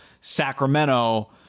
Sacramento